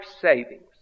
savings